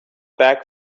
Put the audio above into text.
back